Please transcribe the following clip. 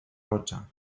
rocha